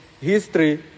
History